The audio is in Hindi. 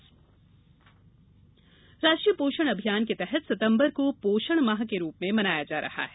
पोषण अभियान राष्ट्रीय पोषण अभियान के तहत सितम्बर माह को पोषण माह के रूप में मनाया जा रहा है